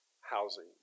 housing